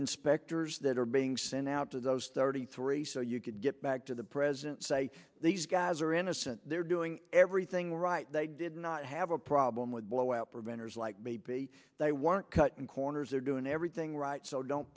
inspectors that are being sent out to those thirty three so you could get back to the president say these guys are innocent they're doing everything right they did not have a problem with blowout preventers like maybe they weren't cutting corners or doing everything right so don't